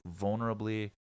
vulnerably